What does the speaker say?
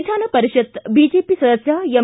ವಿಧಾನಪರಿಷತ್ ಬಿಜೆಪಿ ಸದಸ್ಯ ಎಂ